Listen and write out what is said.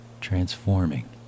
transforming